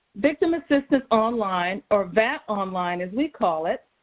victim assistance online, or vat online as we call it,